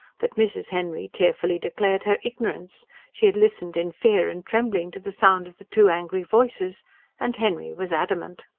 but mrs. henry tearfully declared her ignorance she had listened in fear and trembling to the sound of the two angry voices and henry was adamant.